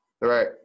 right